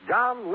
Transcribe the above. John